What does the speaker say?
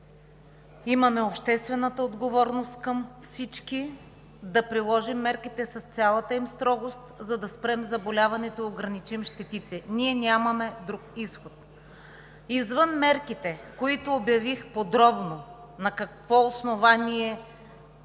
имаме обществена отговорност към всички, да приложим мерките с цялата им строгост, за да спрем заболяването и ограничим щетите. Ние нямаме друг изход. Извън мерките, които обявих подробно, на какво нормативно